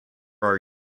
are